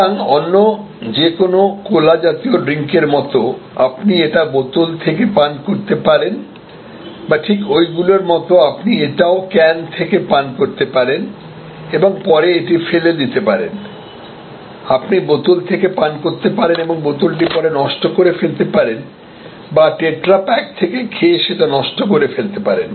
সুতরাং অন্য যে কোন কোলা জাতীয় ড্রিংকের মত আপনি এটা বোতল থেকে পান করতে পারেন বা ঠিক ওই গুলোর মত আপনি এটাও ক্যন থেকে পান করতে পারেন এবং পরে এটি ফেলে দিতে পারেন আপনি বোতল থেকে পান করতে পারেন এবং বোতলটি পরে নষ্ট করে ফেলতে পারেন বা টেট্রা প্যাক থেকে খেয়ে সেটা নষ্ট করে ফেলতে পারেন